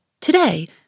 Today